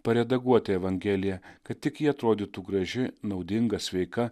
paredaguoti evangeliją kad tik ji atrodytų graži naudinga sveika